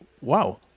Wow